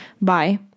bye